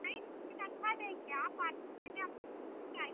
नहीं चीज़ अच्छा देंगे आप आइए पहले हमारी दुक़ान पर आइए